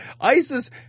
ISIS